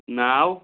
ناو